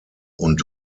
und